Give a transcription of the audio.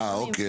אה, אוקיי.